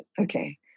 Okay